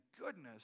Goodness